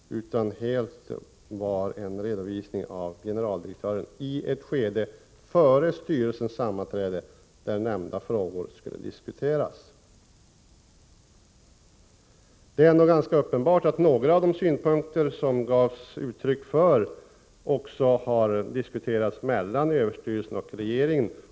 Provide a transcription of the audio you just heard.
Det var uteslutande en redovisning av generaldirekören i ett skede före styrelsens sammanträde där nämnda frågor skulle diskuteras. Det är ganska uppenbart att några av de synpunkter som anfördes också har diskuterats mellan överstyrelsen och regeringen.